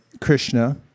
Krishna